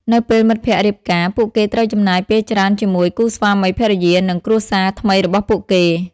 នៅពេលមិត្តភក្តិរៀបការ ពួកគេត្រូវចំណាយពេលច្រើនជាមួយគូស្វាមីភរិយា និងគ្រួសារថ្មីរបស់ពួកគេ។